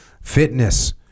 fitness